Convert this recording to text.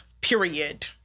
Period